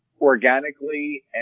organically